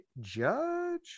Judge